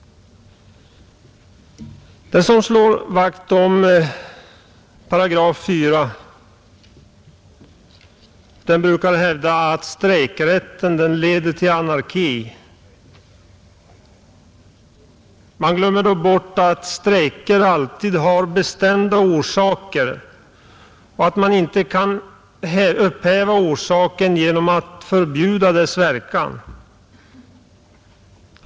De som slår vakt om § 4 brukar hävda att strejkrätten leder till anarki. Man glömmer bort att strejker alltid har bestämda orsaker, och att man inte kan upphäva orsaken genom att förbjuda dess verkan.